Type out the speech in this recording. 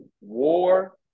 War